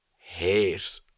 hate